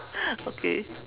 okay